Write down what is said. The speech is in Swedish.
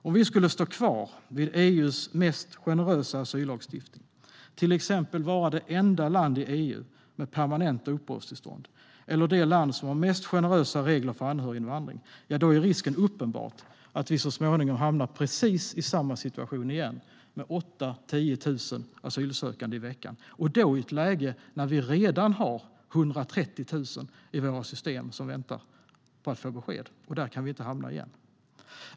Om Sverige skulle stå kvar vid EU:s mest generösa asyllagstiftning, till exempel vara det enda land i EU som ger permanent uppehållstillstånd eller vara det land som har de mest generösa reglerna för anhöriginvandring, är risken uppenbar att Sverige så småningom skulle hamna i precis samma situation igen med 8 000-10 000 asylsökande i veckan. Då blir det i ett läge när Sverige redan har 130 000 i systemen som väntar på att få besked. Där kan vi inte hamna igen.